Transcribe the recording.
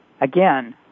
again